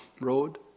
road